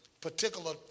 particular